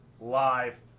live